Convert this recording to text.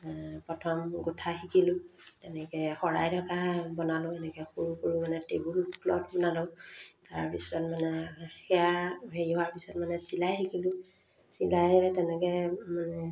প্ৰথম গোঁঠা শিকিলোঁ তেনেকৈ শৰাই ঢকা বনালোঁ এনেকৈ সৰু সৰু মানে টেবুল ক্লথ বনালোঁ তাৰপিছত মানে সেয়া হেৰি হোৱাৰ পিছত মানে চিলাই শিকিলোঁ চিলাই তেনেকৈ